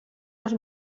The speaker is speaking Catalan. els